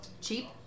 Cheap